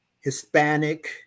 Hispanic